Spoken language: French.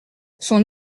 son